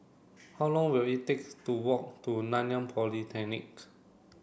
how long will it take to walk to Nanyang Polytechnic